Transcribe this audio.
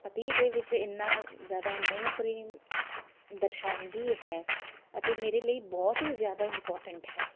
ਪਤੀ ਦੇ ਵਿੱਚ ਇੰਨਾ ਜ਼ਿਆਦਾ ਮੋਹ ਪ੍ਰੇਮ ਦਰਸਾਉਂਦੀ ਹੈ ਅਤੇ ਮੇਰੇ ਲਈ ਬਹੁਤ ਹੀ ਜ਼ਿਆਦਾ ਇਮਪੋਰਟੈਂਟ ਹੈ